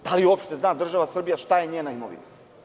Da li uopšte država Srbija zna šta je njena imovina?